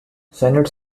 senate